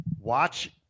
Watch